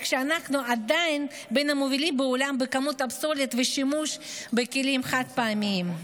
שאנחנו עדייו בין המובילים בעולם בכמות הפסולת והשימוש בכלים חד-פעמיים?